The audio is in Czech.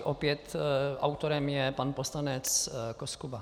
Opět je autorem pan poslanec Koskuba.